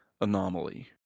anomaly